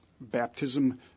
baptism